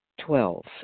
Twelve